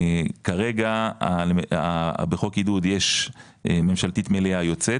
כרגע בחוק עידוד יש ממשלתית מלאה יוצאת